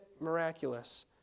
miraculous